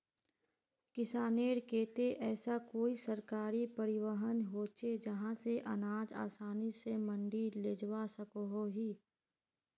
किसानेर केते ऐसा कोई सरकारी परिवहन होचे जहा से अनाज आसानी से मंडी लेजवा सकोहो ही?